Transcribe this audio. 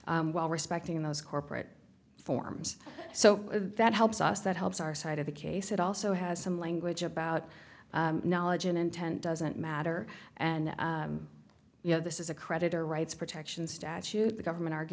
r while respecting those corporate forms so that helps us that helps our side of the case it also has some language about knowledge and intent doesn't matter and you know this is a creditor rights protection statute the government argues